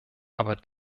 aber